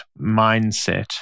mindset